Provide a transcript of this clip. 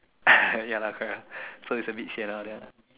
ya lah correct lah so it's a bit sian down there lah